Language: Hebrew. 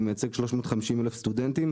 אני מייצג 350,000 סטודנטים.